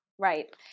Right